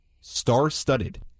Star-studded